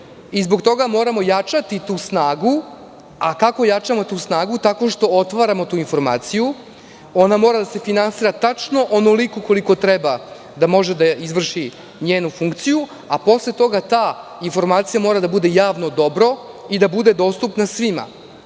Zbog toga moramo jačati tu snagu. Kako jačamo tu snagu? Tako što otvaramo tu informaciju i ona mora da se finansira tačno onoliko koliko treba da može da izvrši njenu funkciju, a posle toga ta informacija mora da bude javno dobro i da bude dostupna svima.